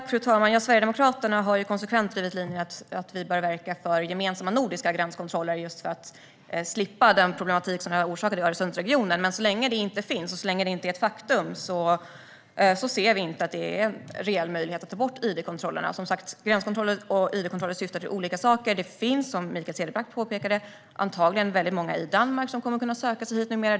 Fru talman! Sverigedemokraterna har konsekvent drivit linjen att vi bör verka för gemensamma nordiska gränskontroller just för att slippa den problematik som orsakades i Öresundsregionen. Så länge detta inte finns och är ett faktum ser vi ingen reell möjlighet att ta bort id-kontrollerna. Gränskontroller och id-kontroller syftar som sagt till olika saker. Som Mikael Cederbratt påpekade finns det antagligen många i Danmark som kommer att kunna söka sig hit numera.